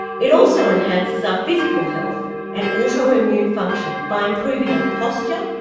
it also enhances our physical health and autoimmune function by improving our posture,